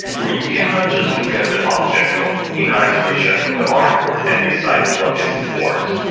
where you cannot just look at the object from, in isolation from the artwork and decide what is it's worth?